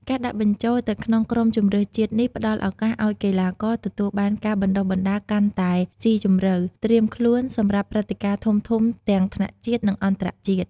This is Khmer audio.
ការដាក់បញ្ចូលទៅក្នុងក្រុមជម្រើសជាតិនេះផ្ដល់ឱកាសឲ្យកីឡាករទទួលបានការបណ្តុះបណ្តាលកាន់តែស៊ីជម្រៅ ត្រៀមខ្លួនសម្រាប់ព្រឹត្តិការណ៍ធំៗទាំងថ្នាក់ជាតិ និងអន្តរជាតិ។